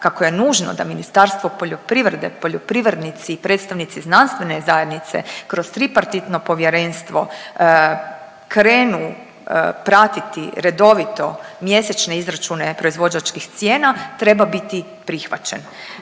kako je nužno da Ministarstvo poljoprivrede, poljoprivrednici i predstavnici znanstvene zajednice kroz tripartitno povjerenstvo krenu pratiti redovito mjesečne izračune proizvođačkih cijena treba biti prihvaćen.